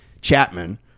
Chapman